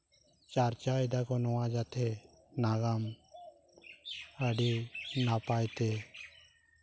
ᱪᱟᱨᱪᱟᱣ ᱮᱫᱟᱠᱚ ᱱᱚᱣᱟ ᱡᱟᱛᱮ ᱱᱟᱜᱟᱢ ᱟᱹᱰᱤ ᱱᱟᱯᱟᱭ ᱛᱮ